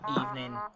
evening